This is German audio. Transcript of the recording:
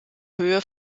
höhe